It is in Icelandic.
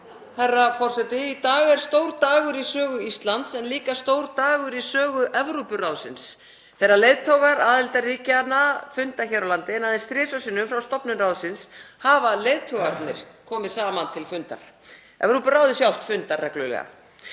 Herra forseti. Í dag er stór dagur í sögu Íslands en líka stór dagur í sögu Evrópuráðsins þegar leiðtogar aðildarríkjanna funda hér á landi. Aðeins þrisvar sinnum frá stofnun ráðsins hafa leiðtogarnir komið saman til fundar. Evrópuráðið sjálft fundar reglulega.